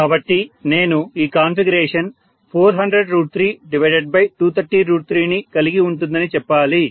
కాబట్టి నేను ఈ కాన్ఫిగరేషన్ 40032303 ని కలిగి ఉంటుందని చెప్పాలి